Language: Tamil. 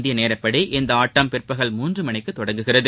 இந்தியநேரப்படி இந்த ஆட்டம் பிற்பகல் மூன்றுமணிக்குதொடங்குகிறது